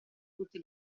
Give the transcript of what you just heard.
tutte